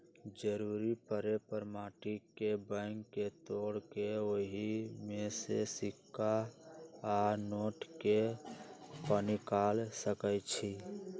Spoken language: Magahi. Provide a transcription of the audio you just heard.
जरूरी परे पर माटी के बैंक के तोड़ कऽ ओहि में से सिक्का आ नोट के पनिकाल सकै छी